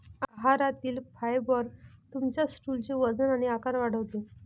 आहारातील फायबर तुमच्या स्टूलचे वजन आणि आकार वाढवते